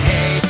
Hey